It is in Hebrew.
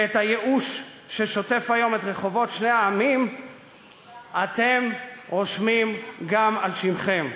ואת הייאוש ששוטף היום את רחובות שני העמים אתם רושמים גם על שמכם.